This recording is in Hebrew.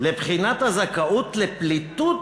לבחינת הזכאות למעמד פליט.